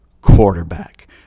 quarterback